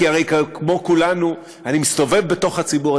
כי הרי כמו כולנו אני מסתובב בתוך הציבור,